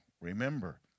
remember